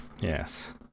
Yes